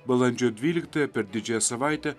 balandžio dvyliktąją per didžiąją savaitę